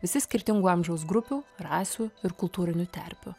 visi skirtingų amžiaus grupių rasių ir kultūrinių terpių